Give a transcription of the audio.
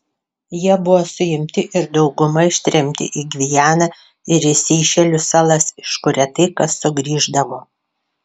jie buvo suimti ir dauguma ištremti į gvianą ir į seišelių salas iš kur retai kas sugrįždavo